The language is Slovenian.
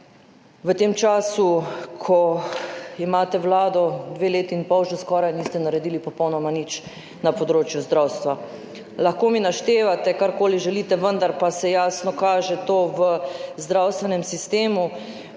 v tem času, ko imate vlado že skoraj dve leti in pol, niste naredili popolnoma nič na področju zdravstva. Lahko mi naštevate karkoli želite, vendar pa se to jasno kaže v zdravstvenem sistemu